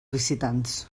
visitants